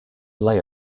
lay